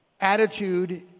Attitude